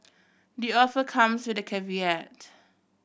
the offer comes with a caveat